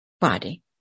body